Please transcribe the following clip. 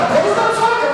אתה כל הזמן צועק.